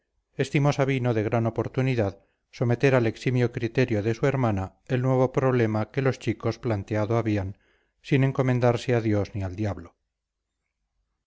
estimó sabino de gran oportunidad someter al eximio criterio de su hermana el nuevo problema que los chicos planteado habían sin encomendarse a dios ni al diablo